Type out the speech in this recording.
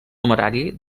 numerari